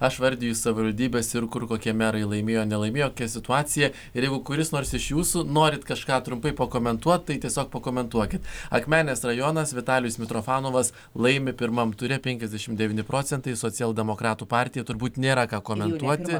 aš vardiju savivaldybes ir kur kokie merai laimėjo nelaimėjo kokia situacija ir jeigu kuris nors iš jūsų norit kažką trumpai pakomentuot tai tiesiog pakomentuokit akmenės rajonas vitalijus mitrofanovas laimi pirmam ture penkiasdešimt devyni procentai socialdemokratų partija turbūt nėra ką komentuoti